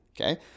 Okay